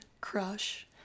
crush